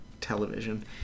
television